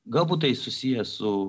galbūt tai susiję su